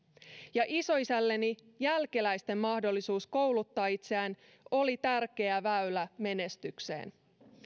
ja isoisälleni jälkeläisten mahdollisuus kouluttaa itseään oli tärkeä väylä menestykseen